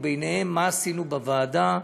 ובהם מה עשינו בוועדה,